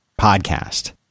podcast